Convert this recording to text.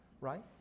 right